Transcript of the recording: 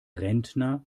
rentner